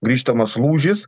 grįžtamas lūžis